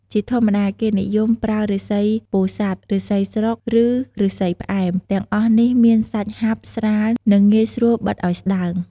ជាធម្មតា គេនិយមប្រើឫស្សីពោធិ៍សាត់ ឫស្សីស្រុក ឬ ឫស្សីផ្អែម ទាំងអស់នេះមានសាច់ហាប់ ស្រាល និងងាយស្រួលបិតអោយស្ដើង។